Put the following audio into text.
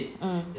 mm